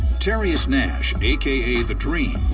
terius nash, aka the-dream,